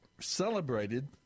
celebrated